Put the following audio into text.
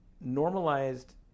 normalized